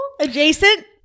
Adjacent